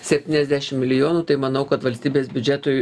septyniasdešim milijonų tai manau kad valstybės biudžetui